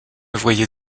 voyez